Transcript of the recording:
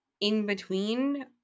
in-between